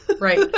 Right